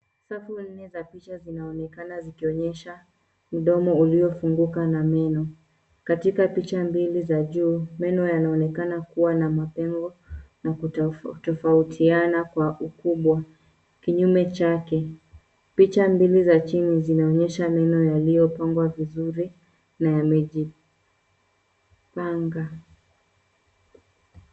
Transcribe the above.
Safu nne za dirisha zinaonekana zikionyesha mdomo uliofunguka na meno. Katika picha mbili za juu meno yanaonekana kuwa na mapengo na kutofautiana kwa ukubwa. Kinyume chake, picha mbili za chini zinaonyesha meno yaliyopangwa vizuri na yamejipanga.